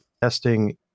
testing